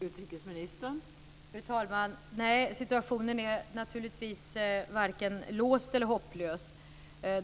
Fru talman! Nej, situationen är naturligtvis varken låst eller hopplös.